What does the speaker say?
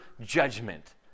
judgment